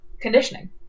conditioning